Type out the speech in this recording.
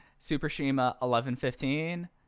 SuperShima1115